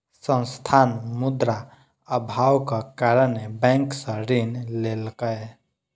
संस्थान, मुद्रा अभावक कारणेँ बैंक सॅ ऋण लेलकै